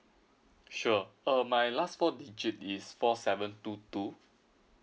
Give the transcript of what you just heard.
sure uh my last four digit is four seven two two